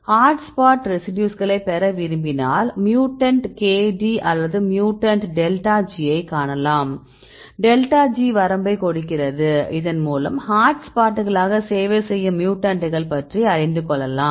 hotspot ரெசிடியூஸ்களை பெற விரும்பினால் மியூட்டன்ட் K D அல்லது மியூட்டன்ட் டெல்டா G ஐக் காணலாம் டெல்டா G வரம்பைக் கொடுக்கிறது இதன் மூலம் ஹாட்ஸ்பாட்களாக சேவை செய்யும் மியூட்டன்ட்டுகள் பற்றி அறிந்து கொள்ளலாம்